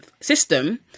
system